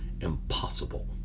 impossible